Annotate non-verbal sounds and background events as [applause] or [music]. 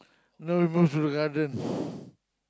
now we move to the garden [breath]